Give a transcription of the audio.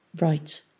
Right